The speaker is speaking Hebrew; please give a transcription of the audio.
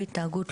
בקיץ האחרון,